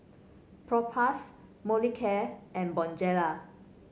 Propass Molicare and Bonjela